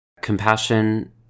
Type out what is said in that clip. Compassion